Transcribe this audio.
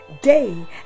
day